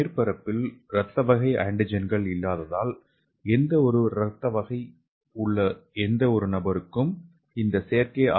மேற்பரப்பில் இரத்தக் வகை ஆன்டிஜென்கள் இல்லாததால் எந்தவொரு இரத்தக் வகை உள்ள எந்தவொரு நபருக்கும் இந்த செயற்கை ஆர்